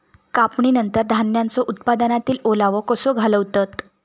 कापणीनंतर धान्यांचो उत्पादनातील ओलावो कसो घालवतत?